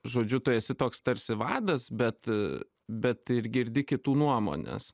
žodžiu tu esi toks tarsi vadas bet bet ir girdi kitų nuomones